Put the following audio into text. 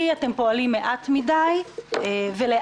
אני חושב שזאת בושה וחרפה בהתייחסות של משרד האוצר.